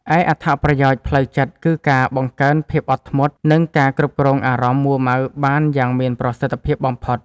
ឯអត្ថប្រយោជន៍ផ្លូវចិត្ត គឺការបង្កើនភាពអត់ធ្មត់ និងការគ្រប់គ្រងអារម្មណ៍មួរម៉ៅបានយ៉ាងមានប្រសិទ្ធភាពបំផុត។